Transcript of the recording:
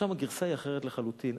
ושם הגרסה היא אחרת לחלוטין.